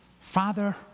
Father